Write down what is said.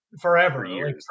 forever